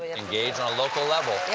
engage on a local level